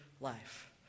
life